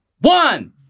one